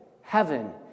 heaven